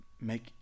make